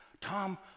Tom